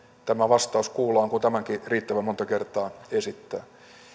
tämä vastaus kuullaan kun tämänkin riittävän monta kertaa esittää